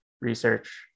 research